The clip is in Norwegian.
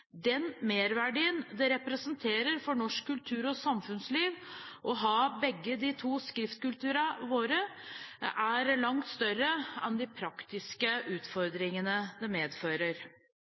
Den merverdien det representerer for norsk kultur og samfunnsliv å ha begge de to skriftkulturene våre, er langt større enn de praktiske utfordringene det medfører.